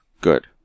Good